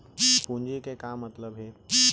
पूंजी के का मतलब हे?